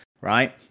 Right